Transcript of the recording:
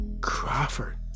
crawford